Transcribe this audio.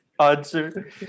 answer